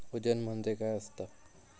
वजन म्हणजे काय असता?